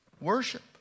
worship